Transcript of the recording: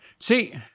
See